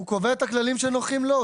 הוא קובע את הכללים שנוחים לו.